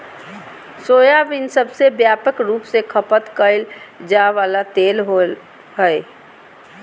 soybean सबसे व्यापक रूप से खपत कइल जा वला तेल हइ